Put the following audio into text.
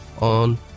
on